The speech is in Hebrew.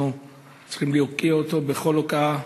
אנחנו צריכים להוקיע אותו בכל הוקעה